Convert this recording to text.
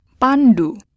Pandu